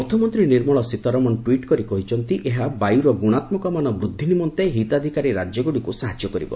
ଅର୍ଥ ମନ୍ତ୍ରୀ ନିର୍ମଳା ସୀତାରମଣ ଟ୍ୱିଟ୍ କରି କହିଛନ୍ତି ଏହା ବାୟୁର ଗୁଣାତ୍ମକମାନ ବୃଦ୍ଧି ନିମନ୍ତେ ହିତାଧିକାରୀ ରାଜ୍ୟଗୁଡ଼ିକୁ ସାହାଯ୍ୟ କରିବ